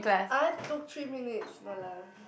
I took three minutes no lah